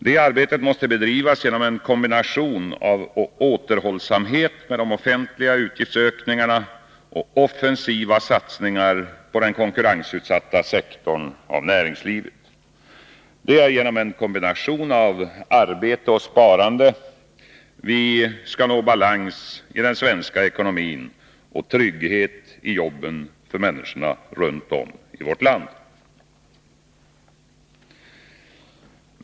Det arbetet måste bedrivas genom en kombination av återhållsamhet med de offentliga utgiftsökningarna och offensiva satsningar på den konkurrensutsatta sektorn av näringslivet. Det är genom en kombination av arbete och sparande vi skall nå balans i den svenska ekonomin och trygghet i jobbet för människorna runt om i vårt land.